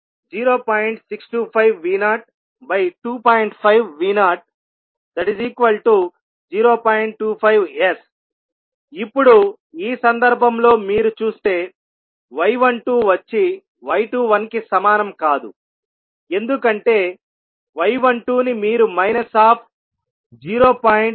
25S ఇప్పుడు ఈ సందర్భంలో మీరు చూస్తే y12 వచ్చి y21 కి సమానం కాదు ఎందుకంటే y12 ని మీరు మైనస్ ఆఫ్ 0